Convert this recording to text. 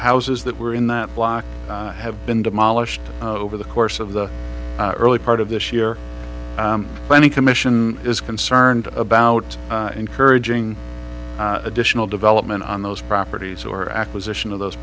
houses that were in that block have been demolished over the course of the early part of this year planning commission is concerned about encouraging additional development on those properties or acquisition of those